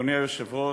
אדוני היושב-ראש,